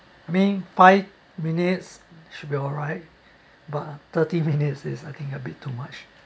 I mean five minutes should be alright but thirty minutes is I think a bit too much